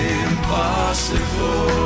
impossible